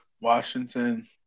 Washington